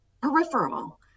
peripheral